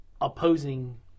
opposing